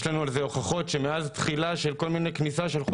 יש לנו הוכחות שמאז תחילת כניסה של כל